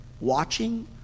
watching